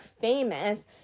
famous